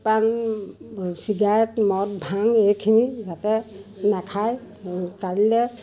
পাণ চিগাৰেট মদ ভাং এইখিনি যাতে নাখায় কাইলৈ